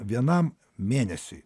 vienam mėnesiui